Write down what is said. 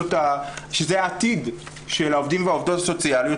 העתיד של העובדים והעובדות הסוציאליים,